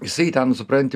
jisai ten supranti